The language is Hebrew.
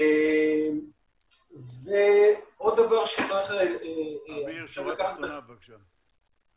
אמיר, שורה תחתונה, בבקשה.